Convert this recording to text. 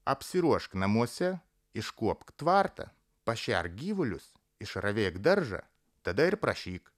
apsiruošk namuose iškuopk tvartą pašerk gyvulius išravėk daržą tada ir prašyk